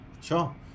sure